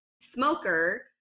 smoker